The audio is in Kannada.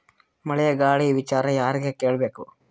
ಮಳೆ ಗಾಳಿ ವಿಚಾರ ಯಾರಿಗೆ ಕೇಳ್ ಬೇಕು?